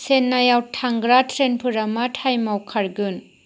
चेन्नाइआव थांग्रा ट्रेनफोरा मा टाइमआव खारगोन